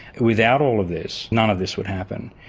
without all of this, none of this would happen,